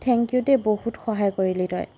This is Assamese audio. থেংক ইউ দেই বহুত সহায় কৰিলি তই